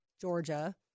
Georgia